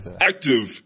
active